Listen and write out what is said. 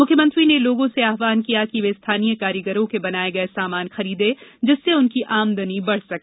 मुख्यमंत्री ने लोगों से आहवान किया कि वे स्थानीय कारीगरों के बनाए गये सामान खरीदें जिससे उनकी आमदनी बढ़ सके